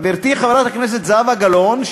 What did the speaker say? חברתי חברת הכנסת זהבה גלאון,